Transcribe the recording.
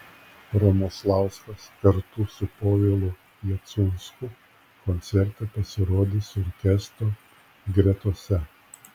romoslauskas kartu su povilu jacunsku koncerte pasirodys orkestro gretose